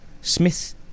Smith